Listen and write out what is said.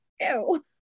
ew